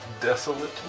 Desolate